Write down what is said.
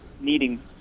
needing